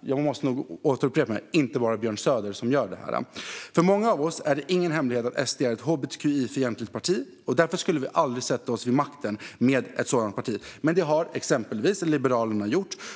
jag måste återupprepa att det inte är bara Björn Söder som gör detta. För många av oss är det ingen hemlighet att SD är ett hbtqi-fientligt parti. Därför skulle vi aldrig sätta oss vid makten med ett sådant parti. Men det har exempelvis Liberalerna gjort.